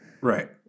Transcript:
Right